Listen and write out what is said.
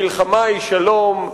מלחמה היא שלום,